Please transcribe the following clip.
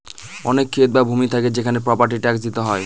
অনেক ক্ষেত বা ভূমি থাকে সেখানে প্রপার্টি ট্যাক্স দিতে হয়